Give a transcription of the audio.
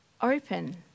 open